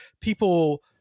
people